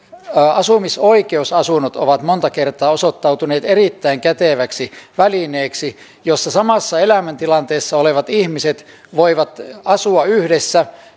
asumisoikeusasunnot ovat monta kertaa osoittautuneet erittäin käteväksi välineeksi jotta samassa elämäntilanteessa olevat ihmiset voivat asua yhdessä